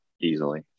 easily